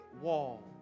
wall